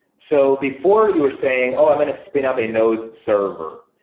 so before you were saying, oh, i'm going to spin up a node server.